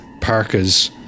parkas